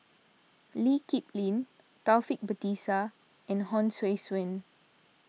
Lee Kip Lin Taufik Batisah and Hon Sui Sen